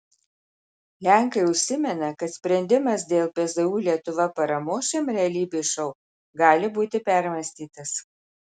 lenkai užsimena kad sprendimas dėl pzu lietuva paramos šiam realybės šou gali būti permąstytas